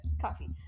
coffee